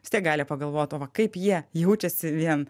vis tiek gali pagalvot o va kaip jie jaučiasi vien